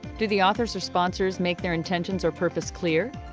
do the authors or sponsors make their intentions or purpose clear?